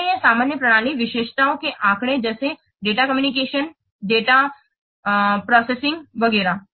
इसलिएये सामान्य प्रणाली विशेषताओं के आंकड़े हैं जैसे डेटा संचारवितरित डाटा प्रोसेसिंग वगैरह